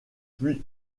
puy